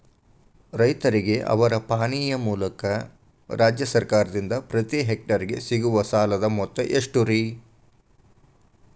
ರೈತರಿಗೆ ಅವರ ಪಾಣಿಯ ಮೂಲಕ ರಾಜ್ಯ ಸರ್ಕಾರದಿಂದ ಪ್ರತಿ ಹೆಕ್ಟರ್ ಗೆ ಸಿಗುವ ಸಾಲದ ಮೊತ್ತ ಎಷ್ಟು ರೇ?